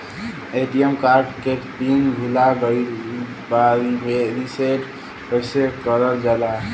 ATM card के pin भूला गइल बा रीसेट कईसे करल जाला?